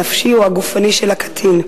הנפשי או הגופני של הקטין.